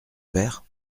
père